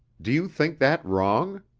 do you think that wrong?